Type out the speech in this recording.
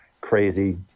crazy